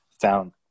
found